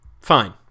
fine